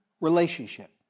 relationship